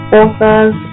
authors